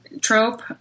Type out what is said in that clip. trope